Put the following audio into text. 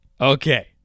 Okay